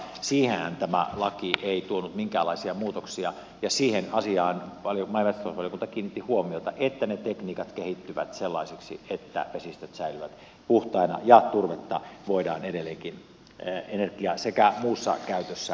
siihenhän tämä laki ei tuonut minkäänlaisia muutoksia ja siihen asiaan maa ja metsätalousvaliokunta kiinnitti huomiota että ne tekniikat kehittyvät sellaisiksi että vesistöt säilyvät puhtaina ja turvetta voidaan edelleenkin energia sekä muussa käytössä käyttää